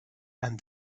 and